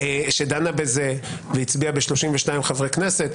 שדנה בזה והצביעה ב-32 חברי כנסת,